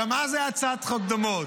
גם אז היו הצעות חוק דומות.